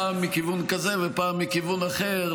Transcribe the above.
פעם מכיוון כזה ופעם מכיוון אחר,